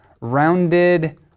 rounded